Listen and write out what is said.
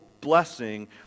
blessing